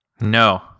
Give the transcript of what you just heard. No